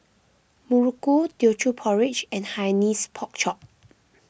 Muruku Teochew Porridge and Hainanese Pork Chop